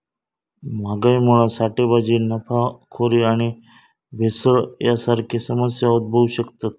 महागाईमुळा साठेबाजी, नफाखोरी आणि भेसळ यांसारखे समस्या उद्भवु शकतत